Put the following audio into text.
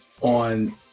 on